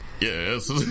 yes